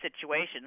situations